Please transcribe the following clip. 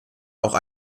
auch